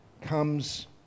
comes